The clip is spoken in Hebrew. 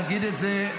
להגיד את זה,